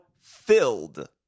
filled